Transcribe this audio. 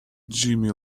jimmy